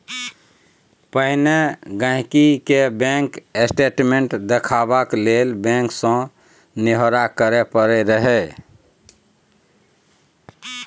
पहिने गांहिकी केँ बैंक स्टेटमेंट देखबाक लेल बैंक सँ निहौरा करय परय रहय